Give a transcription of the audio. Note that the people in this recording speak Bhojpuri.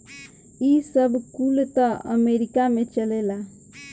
ई सब कुल त अमेरीका में चलेला